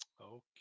Okay